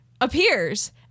appears